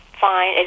fine